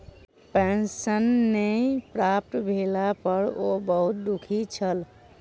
pension नै प्राप्त भेला पर ओ बहुत दुःखी छला